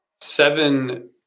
seven